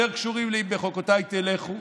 יותר קשורים ל"אם בחקתי תלכו",